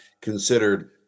considered